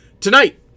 Tonight